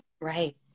right